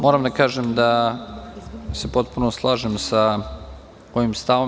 Moram da kažem da se potpuno slažem sa ovim stavom.